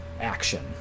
action